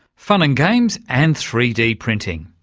fun and games and three d printing.